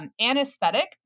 Anesthetic